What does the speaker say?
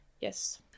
Yes